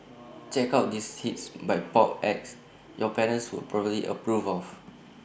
check out these hits by pop acts your parents would probably approve of